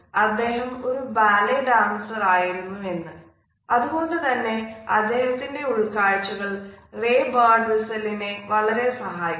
അതുകൊണ്ടു തന്നെ അദ്ദേഹത്തിന്റെ ഉൾക്കാഴ്ചകൾ റേ ബേർഡ്വിസ്റ്റൽനെ വളരെ സഹായിച്ചു